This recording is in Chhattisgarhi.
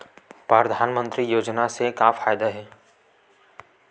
परधानमंतरी योजना से का फ़ायदा हे?